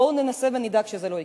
בואו נעשה ונדאג שזה לא יקרה.